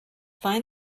find